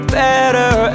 better